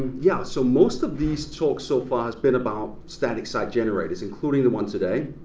yeah, so most of these talks so far has been about static site generators including the one today,